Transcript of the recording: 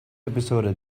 episode